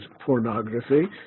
pornography